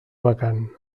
vacant